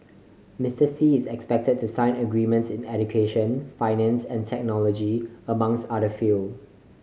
Mister Xi is expected to sign agreements in education finance and technology among other field